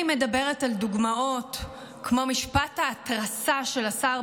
אני מדברת על דוגמאות כמו משפט ההתרסה של השר